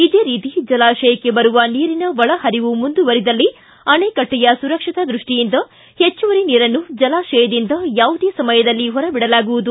ಇದೇ ರೀತಿ ಜಲಾಶಯಕ್ಷೆ ಬರುವ ನೀರಿನ ಒಳ ಪರಿವು ಮುಂದುವರಿದಲ್ಲಿ ಆಣೆಕಟ್ಟೆಯ ಸುರಕ್ಷತಾ ದೃಷ್ಟಿಯಿಂದ ಪೆಚ್ಚುವರಿ ನೀರನ್ನು ಜಲಾಶಯದಿಂದ ಯಾವುದೇ ಸಮಯದಲ್ಲಿ ಹೊರ ಬಿಡಲಾಗುವುದು